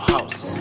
House